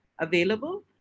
Available